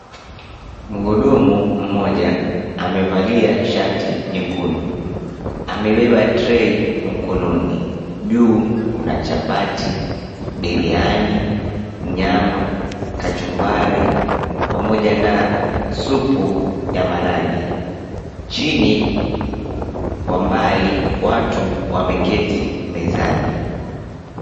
Mhudumu mmoja amevalia shati nyekundu. Amebeba trey mkononi. Juu kuna chapati, biriani, nyama, kachumbari, pamoja na supu ya maharage. Chini kwa mbali watu wameketi mezani.